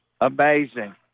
Amazing